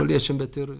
piliečiam bet ir